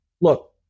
Look